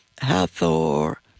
Hathor